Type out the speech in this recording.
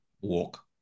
walk